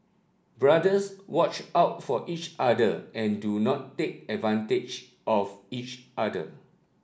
brothers watch out for each other and do not take advantage of each other